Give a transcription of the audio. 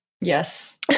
Yes